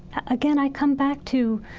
again, i come back to,